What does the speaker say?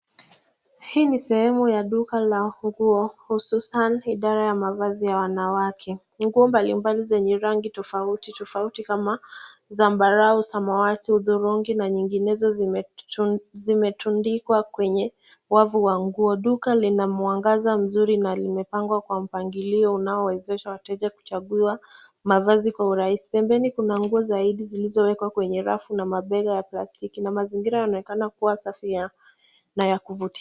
Hii ni sehemu ya duka la nguo, hususan idara ya mavazi ya wanawake. Nguo mbalimbali zenye rangi tofauti tofauti kama zambarau, samawati, hudhurungi na nyinginezo, zimetundikwa kwenye wavu wa nguo. Duka lina mwangaza mzuri na limepangwa kwa mpangilio unaowezesha wateja kuchagua mavazi kwa urahisi. Pembeni kuna nguo zaidi zilizowekwa kwenye rafu na mabega ya plastiki na mazingira yanaonekana kuwa safi na ya kuvutia.